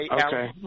okay